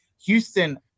Houston